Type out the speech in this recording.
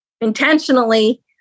intentionally